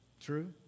True